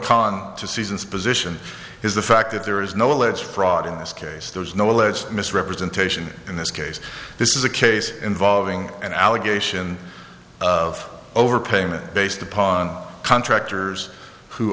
con to seasons position is the fact that there is no alleged fraud in this case there is no alleged misrepresentation in this case this is a case involving an allegation of overpayment based upon contractors who